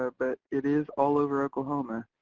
ah but it is all over oklahoma.